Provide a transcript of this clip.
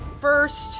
first